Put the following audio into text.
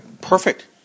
Perfect